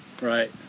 Right